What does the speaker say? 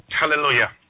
Hallelujah